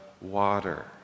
water